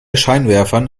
scheinwerfern